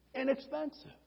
inexpensive